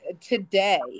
today